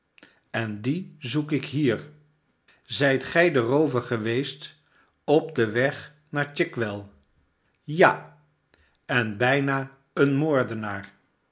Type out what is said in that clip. en die zoek ik hier a gij zijt de roover geweest op den weg naar chigwell ja sen bijna een